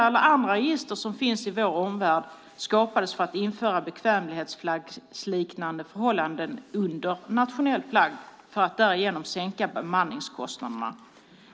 Alla andra register som finns i vår omvärld skapades för att införa bekvämlighetsflaggsliknande förhållanden under nationell flagg för att därigenom sänka bemanningskostnaderna.